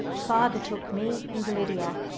father took me and lydia.